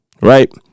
right